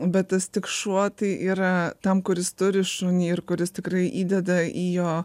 bet tas tik šuo tai yra tam kuris turi šunį ir kuris tikrai įdeda į jo